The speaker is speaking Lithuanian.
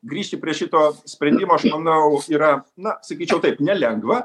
grįžti prie šito sprendimo aš manau yra na sakyčiau taip nelengva